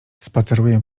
spaceruję